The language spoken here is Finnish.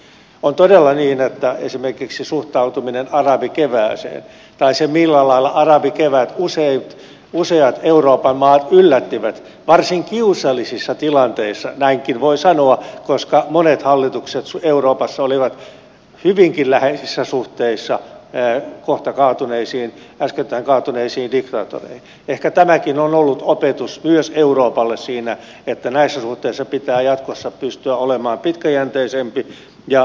on todella niin että esimerkiksi suhtautuminen arabikevääseen tai se millä lailla arabikevät useat euroopan maat yllätti varsin kiusallisissa tilanteissa näinkin voi sanoa koska monet hallitukset euroopassa olivat hyvinkin läheisissä suhteissa äskettäin kaatuneisiin diktaattoreihin on ehkä ollut opetus myös euroopalle siinä että näissä suhteissa pitää jatkossa pystyä olemaan pitkäjänteisempi ja johdonmukaisempi